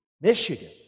Michigan